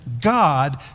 God